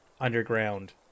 underground